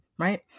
right